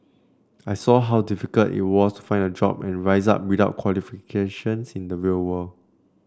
I saw how difficult it was to find a job and rise up without qualifications in the will world